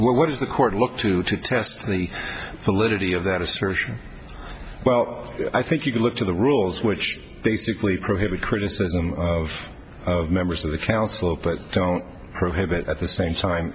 assertion what is the court look to to test the validity of that assertion well i think you can look to the rules which basically prohibit criticism of members of the council but don't prohibit at the same time